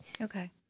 Okay